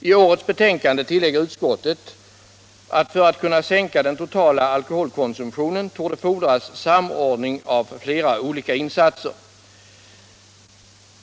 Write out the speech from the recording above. I årets betänkande tillägger utskottet: ”För att kunna sänka den totala alkoholkonsumtionen torde fordras samordning av flera olika insatser.